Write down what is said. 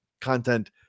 content